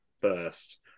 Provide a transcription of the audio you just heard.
first